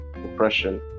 depression